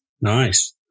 Nice